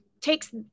takes